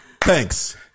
Thanks